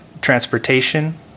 transportation